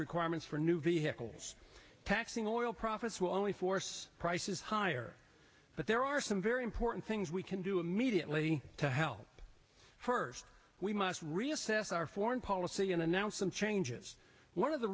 requirements for new vehicles taxing oil profits will only force prices higher but there are some very important things we can do immediately to help first we must reassess our foreign policy and announce some changes one of the